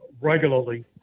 regularly